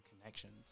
connections